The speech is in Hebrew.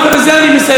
ובזה אני מסיים,